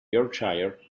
yorkshire